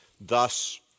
thus